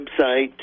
website